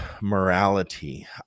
morality